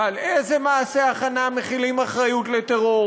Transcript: ועל איזה מעשה הכנה מחילים אחריות לטרור